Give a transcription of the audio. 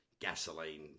gasoline